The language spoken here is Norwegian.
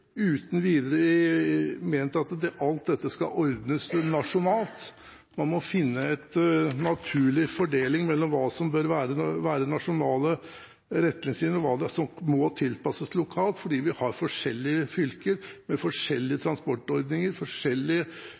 uten videre at alt dette skal ordnes nasjonalt. Man må finne en naturlig fordeling av hva som bør være nasjonale retningslinjer, og hva som må tilpasses lokalt, fordi vi har forskjellige fylker med forskjellige transportordninger